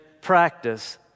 practice